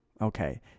Okay